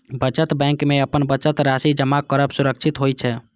बचत बैंक मे अपन बचत राशि जमा करब सुरक्षित होइ छै